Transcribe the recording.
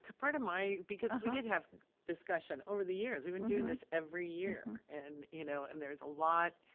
part of my, because we did have discussion over the years we've been doing this every year and, you know, and there's a lot